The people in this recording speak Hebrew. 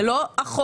זה לא אחורה,